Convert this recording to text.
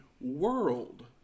World